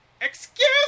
excuse